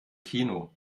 kino